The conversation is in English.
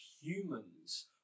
humans